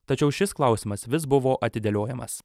tačiau šis klausimas vis buvo atidėliojamas